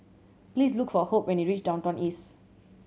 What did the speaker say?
please look for Hope when you reach Downtown East